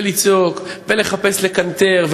ולצעוק ולחפש לקנטר,